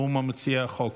שהוא מציע החוק,